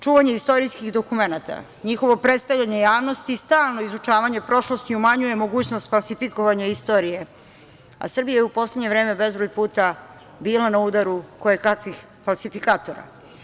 Čuvanje istorijskih dokumenata, njihovo predstavljanje javnosti i stalno izučavanje prošlosti umanjuje mogućnost falsifikovanja istorije, a Srbija je u poslednje vreme bezbroj puta bila na udaru kojekakvih falsifikatora.